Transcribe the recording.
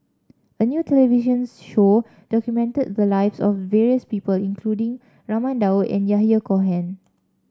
a new television show documented the lives of various people including Raman Daud and Yahya Cohen